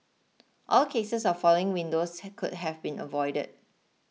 all cases of falling windows could have been avoided